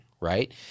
right